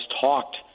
talked